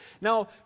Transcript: Now